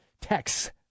texts